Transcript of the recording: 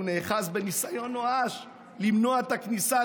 הוא נאחז בניסיון נואש למנוע את הכניסה,